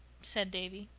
said davy.